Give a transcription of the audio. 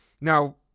now